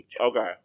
Okay